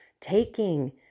taking